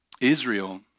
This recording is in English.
Israel